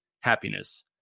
happiness